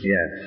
Yes